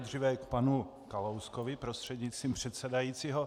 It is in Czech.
Nejdříve k panu Kalouskovi prostřednictvím předsedajícího.